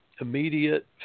immediate